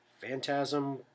Phantasm